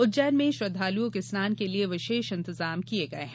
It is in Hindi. उज्जैन में श्रद्धालुओं के स्नान के लिए विशेष इंतजाम किये गये है